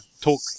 Talk